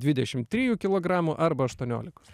dvidešim trijų kilogramų arba aštuoniolikos